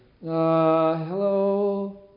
hello